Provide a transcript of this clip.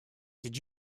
did